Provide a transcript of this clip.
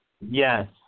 Yes